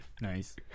Nice